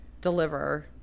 deliver